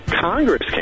Congress